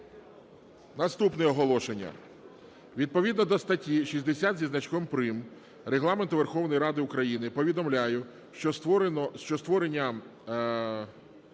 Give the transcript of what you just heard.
Наступне оголошення. Відповідно до статті 60 зі значком "прим." Регламенту Верховної Ради України повідомляю, що створення…